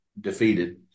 defeated